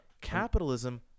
capitalism